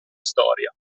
storia